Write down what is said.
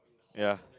ya